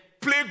play